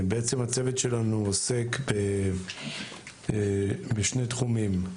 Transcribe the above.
בעצם הצוות שלנו עוסק בשני תחומים: